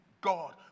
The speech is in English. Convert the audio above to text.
God